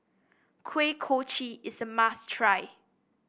Kuih Kochi is a must try